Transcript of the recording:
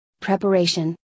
preparation